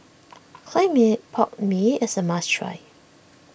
Clay Mee Pot Mee is a must try